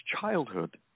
childhood